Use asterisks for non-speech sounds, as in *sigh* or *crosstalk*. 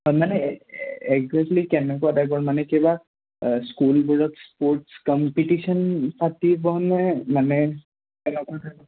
হয় মানে একজেকটলি কেনেকুৱা টাইপৰ মানে কিবা স্কুলবোৰত স্পৰ্টছ কম্পিটিশন পাতিবনে মানে *unintelligible*